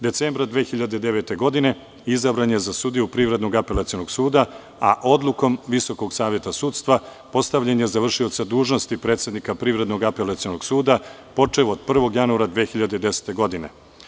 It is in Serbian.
Decembra 2009. godine izabran je za sudiju Privrednog apelacionog suda, a odlukom Visokog saveta sudstva postavljen je za vršioca dužnosti predsednika Privrednog apelacionog suda počev od 1. januara 2010. godine.